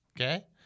Okay